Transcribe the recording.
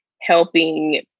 helping